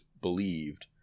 believed